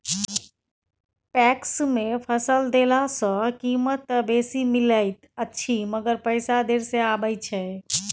PACS मे फसल देला सॅ कीमत त बेसी मिलैत अछि मगर पैसा देर से आबय छै